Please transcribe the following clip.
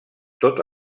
tota